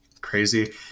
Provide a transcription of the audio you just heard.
crazy